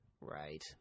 right